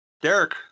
Derek